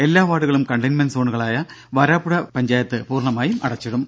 എല്ലാ വാർഡുകളും കണ്ടെയ്ൻമെന്റ് സോണുകളായ വരാപ്പുഴ പഞ്ചായത്ത് പൂർണ്ണമായി അടച്ചിടും